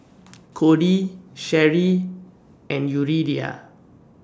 Kody Sherri and Yuridia